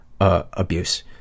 Abuse